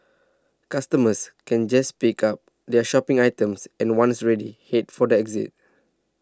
customers can just pick up their shopping items and once ready head for the exit